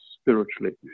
spiritually